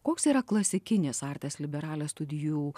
koks yra klasikinis artes liberales studijų